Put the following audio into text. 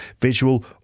Visual